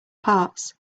parts